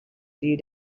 few